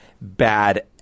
bad